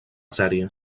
sèrie